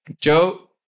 Joe